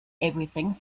everything